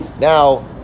Now